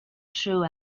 true